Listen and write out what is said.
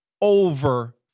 over